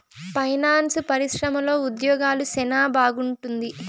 finance పరిశ్రమలో ఉద్యోగాలు సెనా బాగుంటుంది